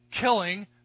killing